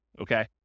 okay